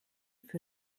für